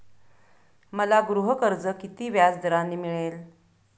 मला गृहकर्ज किती व्याजदराने मिळेल?